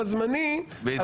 בדיוק.